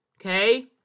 Okay